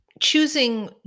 choosing